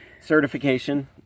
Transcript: certification